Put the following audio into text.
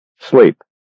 sleep